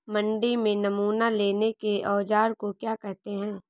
मंडी में नमूना लेने के औज़ार को क्या कहते हैं?